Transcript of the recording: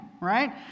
right